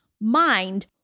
mind